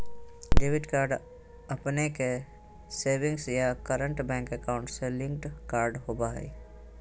debit card अपने के savings या करंट बैंक अकाउंट से लिंक्ड कार्ड होबा हइ